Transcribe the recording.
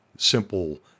simple